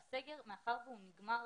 הסגר, מאחר והוא נגמר